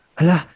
ala